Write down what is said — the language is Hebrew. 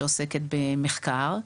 שעוסקת במחקר,